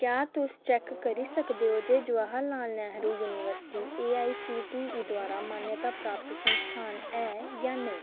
क्या तुस चैक्क करी सकदे ओ जे जवाहरलाल नेहरू यूनिवर्सिटी एआईसीटीई द्वारा मानता प्राप्त संस्थान है जां नेईं